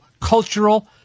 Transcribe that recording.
cultural